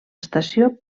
estació